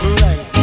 right